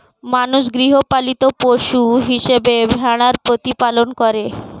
মানুষ গৃহপালিত পশু হিসেবে ভেড়ার প্রতিপালন করে